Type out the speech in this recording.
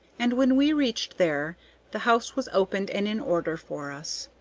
and when we reached there the house was opened and in order for us.